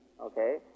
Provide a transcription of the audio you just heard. Okay